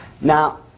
Now